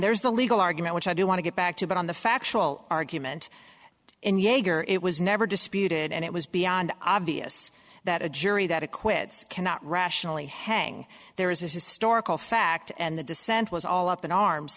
there's the legal argument which i do want to get back to but on the factual argument and jaeger it was never disputed and it was beyond obvious that a jury that is quids cannot rationally hang there is historical fact and the dissent was all up in arms